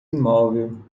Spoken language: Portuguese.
imóvel